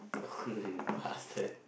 fuck you bastard